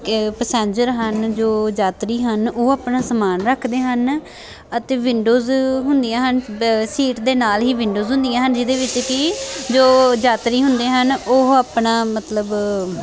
passenger ਹਨ ਜੋ ਯਾਤਰੀ ਹਨ ਉਹ ਆਪਣਾ ਸਮਾਨ ਰੱਖਦੇ ਹਨ ਅਤੇ ਵਿੰਡੋਜ ਹੁੰਦੀਆਂ ਹਨ ਵ ਸੀਟ ਦੇ ਨਾਲ ਹੀ ਵਿੰਡੋਜ਼ ਹੁੰਦੀਆਂ ਹਨ ਜਿਹਦੇ ਵਿੱਚ ਕਿ ਜੋ ਯਾਤਰੀ ਹੁੰਦੇ ਹਨ ਉਹ ਆਪਣਾ ਮਤਲਬ